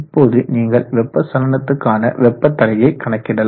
இப்போது நீங்கள் வெப்ப சலனத்துக்கான வெப்ப தடையை கணக்கிடலாம்